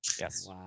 Yes